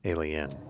Alien